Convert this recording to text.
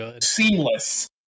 seamless